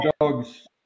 dog's